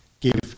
give